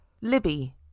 Libby